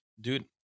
Dude